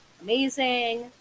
amazing